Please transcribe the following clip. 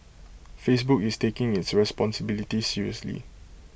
Facebook is taking its responsibility seriously